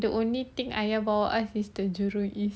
the only thing ayah bawa us it to jurong east